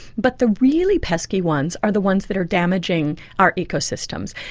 but the really pesky ones are the ones that are damaging our ecosystems.